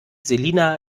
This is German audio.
selina